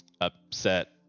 upset